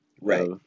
Right